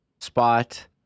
spot